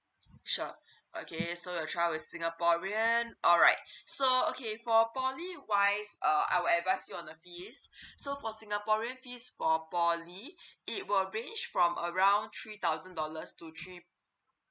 sure okay so your child is singaporean alright so okay for poly wise uh I will advise you on the fees so for singaporeans fees for poly it were ranged from around three thousand dollars to three